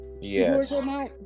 Yes